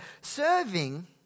Serving